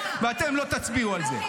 ואתם לא תצביעו על זה.